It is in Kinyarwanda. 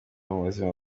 mubuzima